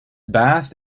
bath